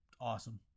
Awesome